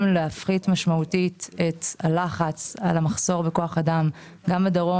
להפחית משמעותית את הלחץ מהמחסור בכוח אדם בדרום